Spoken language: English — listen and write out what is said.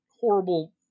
horrible